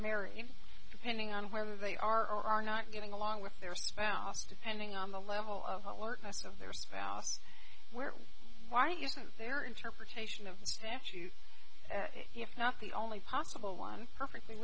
married depending on where they are or are not getting along with their spouse depending on the level of alertness of their spouse where why isn't their interpretation of the statute if not the only possible one perfectly